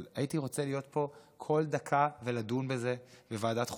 אבל הייתי רוצה להיות פה כל דקה ולדון בזה בוועדת חוקה.